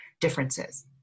differences